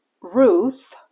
Ruth